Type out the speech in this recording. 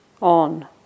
on